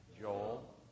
Joel